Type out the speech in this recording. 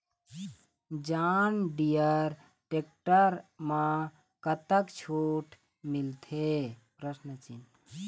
John Deere tractor म कतक छूट मिलथे?